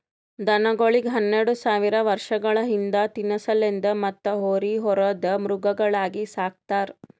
ದನಗೋಳಿಗ್ ಹನ್ನೆರಡ ಸಾವಿರ್ ವರ್ಷಗಳ ಹಿಂದ ತಿನಸಲೆಂದ್ ಮತ್ತ್ ಹೋರಿ ಹೊರದ್ ಮೃಗಗಳಾಗಿ ಸಕ್ತಾರ್